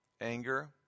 anger